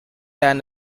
than